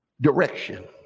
direction